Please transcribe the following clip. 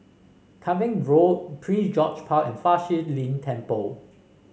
Cavenagh Road Prince George Park and Fa Shi Lin Temple